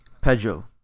Pedro